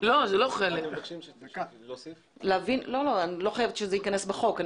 לא חובה שזה ייכנס בחוק.